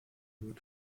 wird